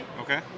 Okay